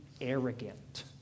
arrogant